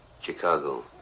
Chicago